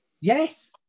Yes